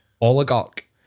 Oligarch